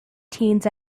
teens